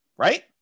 Right